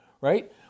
right